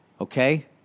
okay